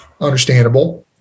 Understandable